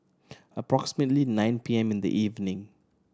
approximately nine P M in the evening